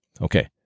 Okay